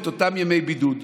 את אותם ימי בידוד,